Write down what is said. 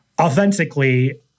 authentically